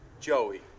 Joey